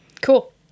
cool